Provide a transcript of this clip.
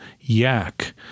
yak